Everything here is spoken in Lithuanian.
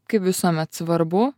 kaip visuomet svarbu